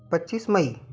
पच्चीस मई